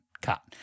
Cut